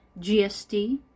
GST